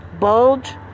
bulge